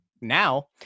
now